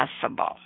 possible